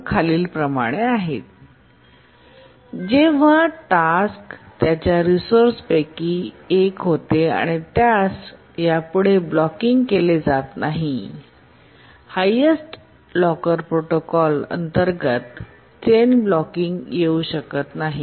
अशाप्रकारे इतर दरम्यानचे प्रायोरिटी टास्क ज्यांना रिसोर्सेसची आवश्यकता नसते इनहेरिटेन्स ब्लॉकिंग करणे आणि दरम्यानचे प्रायोरिटी टास्क त्यांची डेडलाईन चुकवू शकते कारण बहुतेक निम्न प्राथमिकता टास्कमुळे त्यांना कदाचित प्रायोरिटी इन्व्हरझेनना सामोरे जावे लागेल आणि त्यांची डेडलाईन चुकली असेल